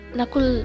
nakul